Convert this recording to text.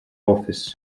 office